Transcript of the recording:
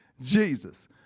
Jesus